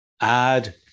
add